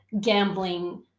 gambling